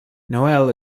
noel